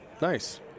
Nice